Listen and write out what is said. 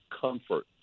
comfort